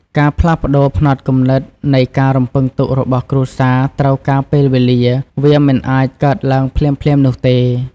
ការផ្លាស់ប្តូរផ្នត់គំនិតនៃការរំពឹងទុករបស់គ្រួសារត្រូវការ ពេលវេលា វាមិនអាចកើតឡើងភ្លាមៗនោះទេ។